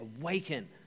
awaken